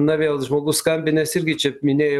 na vėl žmogus skambinęs irgi čia minėjo